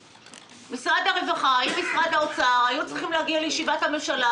משרד הרווחה עם משרד האוצר היו צריכים להגיע לישיבת הממשלה,